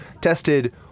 tested